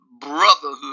brotherhood